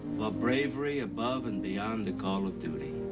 bravery above and beyond the call of duty.